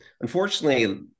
unfortunately